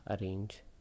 arrange